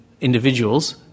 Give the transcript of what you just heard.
individuals